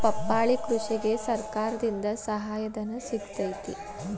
ಪಪ್ಪಾಳಿ ಕೃಷಿಗೆ ಸರ್ಕಾರದಿಂದ ಸಹಾಯಧನ ಸಿಗತೈತಿ